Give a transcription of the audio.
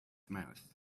mouth